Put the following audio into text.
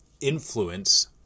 influence